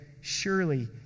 Surely